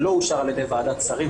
שלא אושר על ידי ועדת שרים,